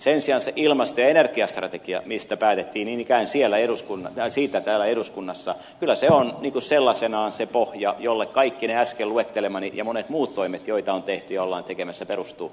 sen sijaan se ilmasto ja energiastrategia mistä päätettiin niin ikään täällä eduskunnassa on sellaisenaan se pohja jolle kaikki ne äsken luettelemani ja monet muut toimet joita on tehty ja ollaan tekemässä perustuvat